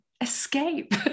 escape